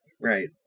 right